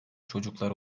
çocuklar